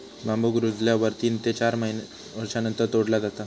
बांबुक रुजल्यावर तीन ते चार वर्षांनंतर तोडला जाता